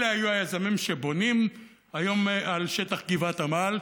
אלה היו היזמים שבונים היום על שטח גבעת עמל,